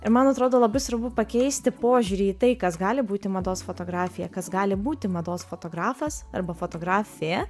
ir man atrodo labai svarbu pakeisti požiūrį į tai kas gali būti mados fotografija kas gali būti mados fotografas arba fotografė